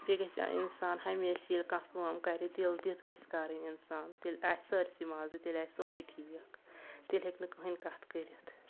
بیٚیہِ گژھِ اِنسان ہمیشہِ ییٚلہِ کانٛہہ کٲم کَرِ دِل دِتھ گژھِ کَرٕنۍ اِنسان تیٚلہِ آسہِ سٲرسٕے مازٕ تیٚلہِ آسہِ سورُے ٹھیٖک تیٚلہِ ہیٚکہِ نہٕ کٕہٕنۍ کَتھ کٔرِتھ